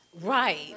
Right